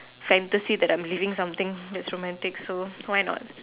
fantasy that I am living something dramatic so why not